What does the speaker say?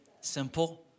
simple